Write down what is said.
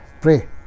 pray